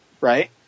right